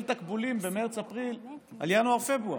תקבולים במרץ-אפריל על ינואר-פברואר,